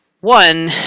one